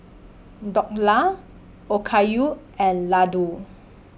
Dhokla Okayu and Ladoo